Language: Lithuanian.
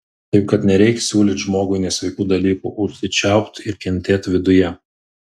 taip kad nereik siūlyt žmogui nesveikų dalykų užsičiaupt ir kentėt viduje